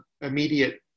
immediate